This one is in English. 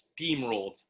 steamrolled